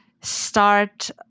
start